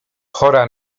chora